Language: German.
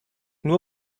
nur